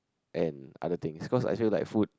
and other things because I just like food